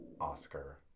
Oscar